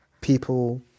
people